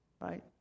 right